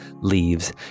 leaves